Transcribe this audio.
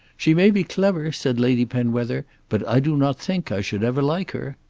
she may be clever, said lady penwether, but i do not think i should ever like her.